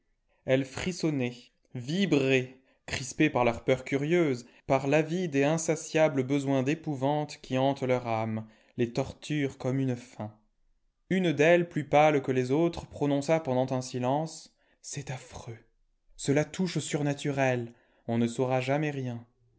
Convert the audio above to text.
elles frissonnaient vibraient crispées par leur peur curieuse par l'avide et insatiable besoin d'épouvante qui hante leur âme les torture comme une faim une d'elles plus pale que les autres prononça pendant un silence c'est affreux cela touche au surnaturel on ne saura jamais rien